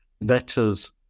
Letters